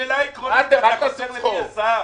אני מדבר על שאלה עקרונית ואתה חוזר למי השר.